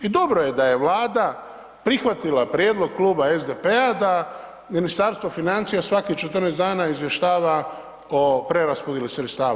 I dobro je da je Vlada prihvatila prijedlog kluba SDP-a da Ministarstvo financija svakih 14 dana izvještava o preraspodjeli sredstava.